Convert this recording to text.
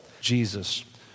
Jesus